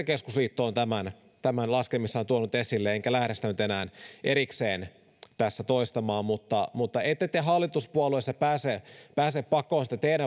keskusliitto on tämän tämän laskelmissaan tuonut esille enkä lähde sitä nyt enää erikseen tässä toistamaan mutta mutta ette te hallituspuolueissa pääse pakoon sitä teidän